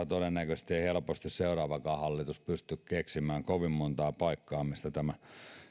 todennäköisesti ei ei helposti seuraavakaan hallitus pysty keksimään kovin montaa paikkaa mistä